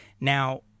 Now